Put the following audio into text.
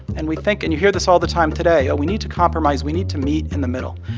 and we think and you hear this all the time today we need to compromise we need to meet in the middle.